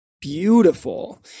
beautiful